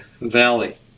Valley